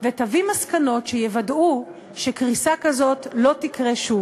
ותביא מסקנות שיוודאו שקריסה כזאת לא תקרה שוב?